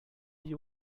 you